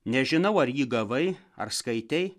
nežinau ar jį gavai ar skaitei